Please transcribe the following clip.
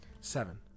Seven